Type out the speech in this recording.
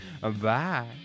Bye